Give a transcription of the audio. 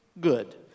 good